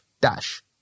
dash